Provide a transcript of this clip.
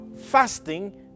fasting